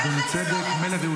אבקש לרדת.